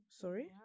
Sorry